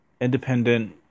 independent